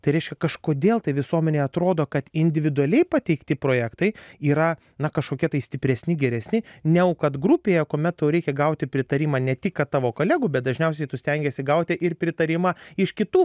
tai reiškia kažkodėl tai visuomenei atrodo kad individualiai pateikti projektai yra na kažkokie tai stipresni geresni negu kad grupėje kuomet tau reikia gauti pritarimą ne tik kad tavo kolegų bet dažniausiai tu stengiesi gauti ir pritarimą iš kitų